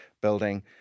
building